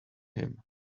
him